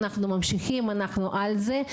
אנחנו ממשיכים ואנחנו על זה,